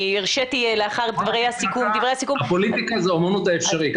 אני הרשיתי לאחר דברי הסיכום --- הפוליטיקה זה אמנות האפשרי.